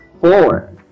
four